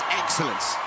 excellence